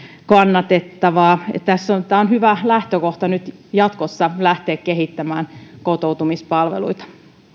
kannatettavaa tämä on hyvä lähtökohta nyt jatkossa lähteä kehittämään kotoutumispalveluita